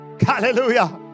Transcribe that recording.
Hallelujah